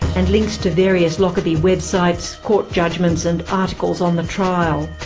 and links to various lockerbie websites, courts judgments, and articles on the trial.